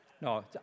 No